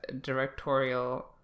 directorial